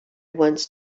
once